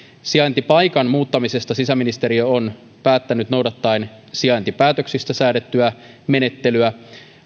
sijaintipaikan muuttamisesta sisäministeriö on päättänyt noudattaen sijaintipäätöksistä säädettyä menettelyä